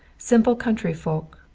simple country folk,